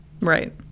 Right